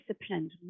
disciplined